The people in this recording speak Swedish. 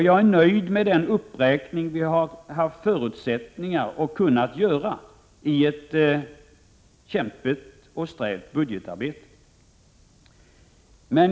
Jag är nöjd med den uppräkning vi haft förutsättningar att göra i kämpigt och strävt budgetarbete.